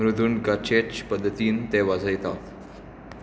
मृदुंगाचेच पद्दतीन ते वाजयतात